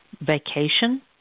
vacation